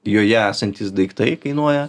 joje esantys daiktai kainuoja